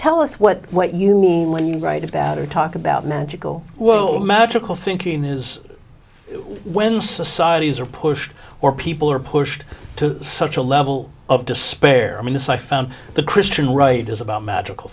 tell us what what you mean when you write about it talk about magical world magical thinking is when societies are pushed or people are pushed to such a level of despair i mean this i found the christian right is about magical